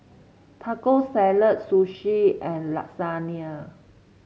Taco Salad Sushi and Lasagna